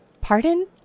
Pardon